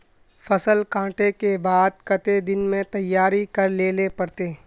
फसल कांटे के बाद कते दिन में तैयारी कर लेले पड़ते?